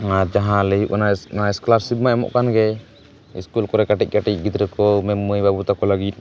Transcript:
ᱟᱨ ᱡᱟᱦᱟᱸ ᱞᱟᱹᱭ ᱦᱩᱭᱩᱜ ᱠᱟᱱᱟ ᱮᱥᱠᱚᱞᱟᱨᱥᱤᱯ ᱢᱟᱭ ᱮᱢᱚᱜ ᱠᱟᱱ ᱜᱮ ᱤᱥᱠᱩᱞ ᱠᱚᱨᱮ ᱠᱟᱹᱴᱤᱡ ᱠᱟᱹᱴᱤᱡ ᱜᱤᱫᱽᱨᱟᱹ ᱠᱚ ᱢᱟᱹᱭ ᱵᱟᱹᱵᱩ ᱛᱟᱠᱚ ᱞᱟᱹᱜᱤᱫ